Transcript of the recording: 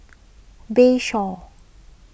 Bayshore